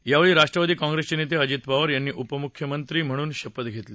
यावेळी राष्ट्रवादी काँग्रेसचे नेते अजित पवार यांनी उपमुख्यमंत्री म्हणून शपथ घेतली